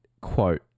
quote